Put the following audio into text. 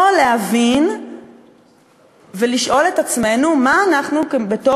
או להבין ולשאול את עצמנו מה אנחנו בתור